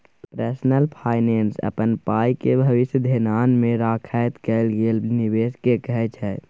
personal finance अपन पाइके भबिस धेआन मे राखैत कएल गेल निबेश केँ कहय छै